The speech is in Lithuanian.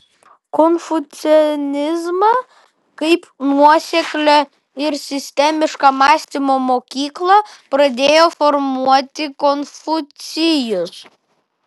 konfucianizmą kaip nuoseklią ir sistemišką mąstymo mokyklą pradėjo formuoti konfucijus